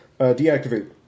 deactivate